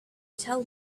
tell